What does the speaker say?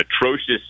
atrocious